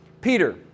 Peter